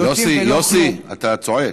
יוסי, יוסי, אתה צועק.